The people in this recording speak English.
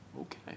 Okay